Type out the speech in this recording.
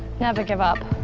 never give up.